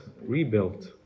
rebuilt